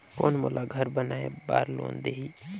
कौन मोला घर बनाय बार लोन देही?